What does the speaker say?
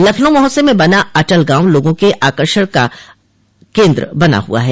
लखनऊ महोत्सव में बना अटल गाँव लोगों के आकर्षक का केन्द्र बना हुआ है